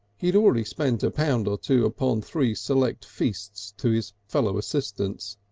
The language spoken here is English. he had already spent a pound or two upon three select feasts to his fellow assistants,